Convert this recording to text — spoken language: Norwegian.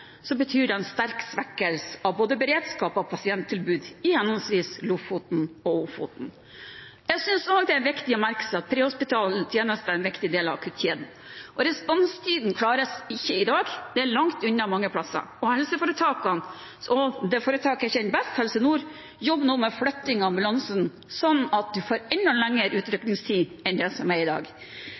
her, betyr det en sterk svekkelse av både beredskap og pasienttilbud i henholdsvis Lofoten og Ofoten. Jeg synes også det er viktig å merke seg at prehospitale tjenester er en viktig del av akuttkjeden. Responstiden klares ikke i dag. Man er langt unna mange plasser. Og det helseforetaket jeg kjenner best, Helse Nord, jobber nå med flytting av ambulansen, slik at man får enda lengre utrykningstid enn i dag.